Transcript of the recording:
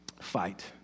fight